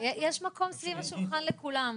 יש מקום סביב השולחן לכולם.